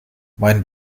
meinen